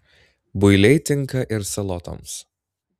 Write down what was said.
builiai tinka ir salotoms